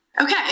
Okay